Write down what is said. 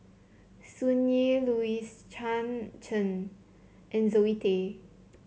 Sun Yee Louis Chen and Zoe Tay